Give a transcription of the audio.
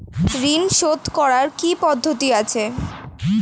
ঋন শোধ করার কি কি পদ্ধতি আছে?